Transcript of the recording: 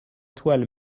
toile